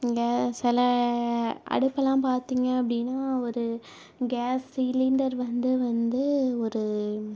இங்கே சில அடுப்பெல்லாம் பார்த்திங்க அப்படின்னா ஒரு கேஸ் சிலிண்டர் வந்து வந்து ஒரு